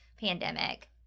pandemic